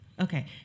Okay